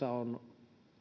tilanteessa on